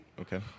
Okay